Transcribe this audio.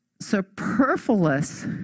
superfluous